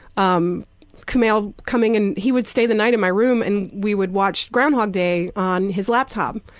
um kumail coming, and he would stay the night in my room and we would watch groundhog day on his laptop.